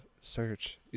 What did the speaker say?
search